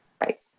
right